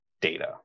data